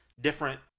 different